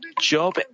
Job